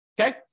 okay